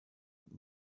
und